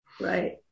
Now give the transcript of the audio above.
Right